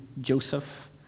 Joseph